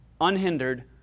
unhindered